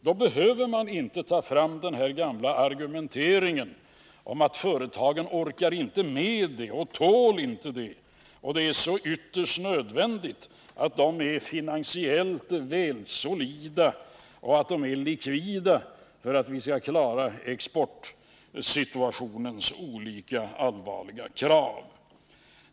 Då behöver man inte ta fram den här gamla argumenteringen om att företagen inte orkar med det och inte tål det, och att det är så ytterst nödvändigt att de är finansiellt väl solida och att de är likvida för att vi skall klara exportsituationens olika allvarliga krav.